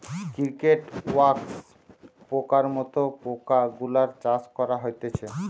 cricket, wax পোকার মত পোকা গুলার চাষ করা হতিছে